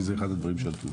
כי זה אחד הדברים שעלו.